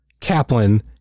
Kaplan